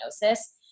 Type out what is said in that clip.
diagnosis